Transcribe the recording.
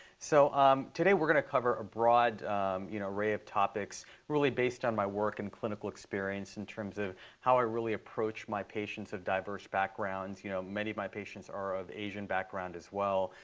so um today, we're going to cover a broad you know array of topics, really based on my work and clinical experience in terms of how i really approach my patients of diverse backgrounds. you know, many of my patients are of asian background as well,